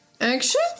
action